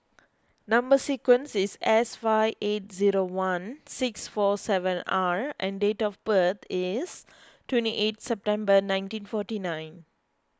Number Sequence is S five eight zero one six four seven R and date of birth is twenty eight September nineteen forty nine